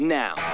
now